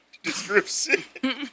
description